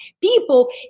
people